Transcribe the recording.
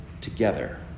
together